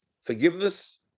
forgiveness